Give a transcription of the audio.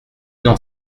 n’en